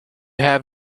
have